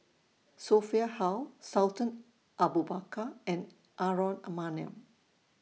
Sophia Hull Sultan Abu Bakar and Aaron Maniam